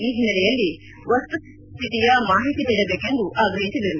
ಈ ಹಿನ್ನೆಲೆಯಲ್ಲಿ ವಸ್ತುಸ್ಥಿತಿ ಮಾಹಿತಿ ನೀಡಬೇಕೆಂದು ಆಗ್ರಹಿಸಿದರು